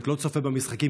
לא צופה במשחקים,